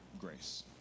grace